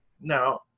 Now